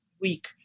week